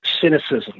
cynicism